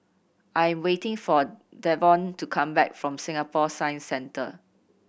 I am waiting for Devaughn to come back from Singapore Science Centre